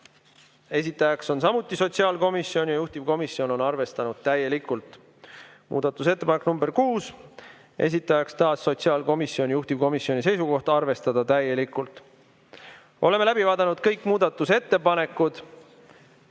esitajaks on samuti sotsiaalkomisjon ja juhtivkomisjon on arvestanud täielikult. Muudatusettepanek nr 6, esitajaks taas sotsiaalkomisjon, juhtivkomisjoni seisukoht on arvestada täielikult. Oleme läbi vaadanud kõik muudatusettepanekud.